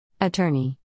Attorney